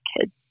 kids